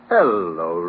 Hello